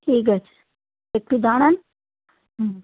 ঠিক আছে একটু দাঁড়ান